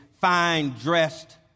fine-dressed